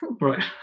Right